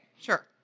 sure